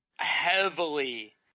heavily